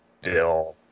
bill